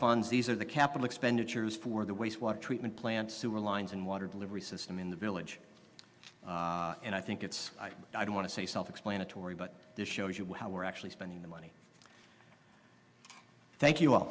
funds these are the capital expenditures for the wastewater treatment plants sewer lines and water delivery system in the village and i think it's i don't want to say self explanatory but this shows you how we're actually spending the money thank you